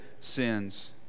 sins